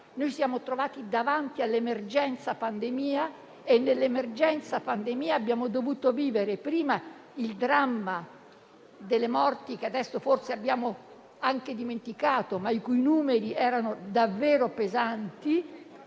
Ci siamo trovati davanti all'emergenza di una pandemia, e in tale emergenza abbiamo dovuto vivere il dramma delle morti, che adesso forse abbiamo anche dimenticato ma i cui numeri erano davvero pesanti,